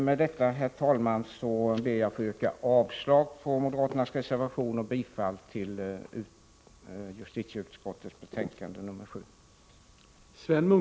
Med detta, herr talman, ber jag att få yrka avslag på moderaternas reservation och bifall till justitieutskottets hemställan.